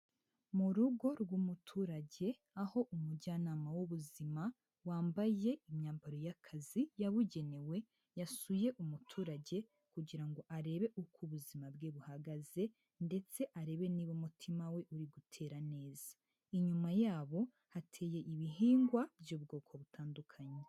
Mu rugo rw'umuturage, aho umujyanama w'ubuzima wambaye imyambaro y'akazi yabugenewe yasuye umuturage kugira ngo arebe uko ubuzima bwe buhagaze, ndetse arebe niba umutima we uri gutera neza. Inyuma yabo hateye ibihingwa by'ubwoko butandukanye.